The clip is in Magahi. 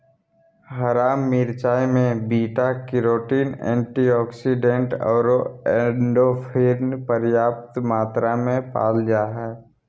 हरा मिरचाय में बीटा कैरोटीन, एंटीऑक्सीडेंट आरो एंडोर्फिन पर्याप्त मात्रा में पाल जा हइ